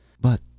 But